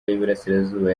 y’uburasirazuba